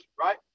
right